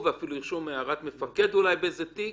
ואפילו ירשום הערת מפקד באיזה תיק,